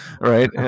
right